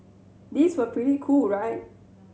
these were pretty cool right